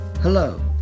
hello